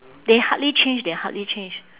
they hardly change they hardly change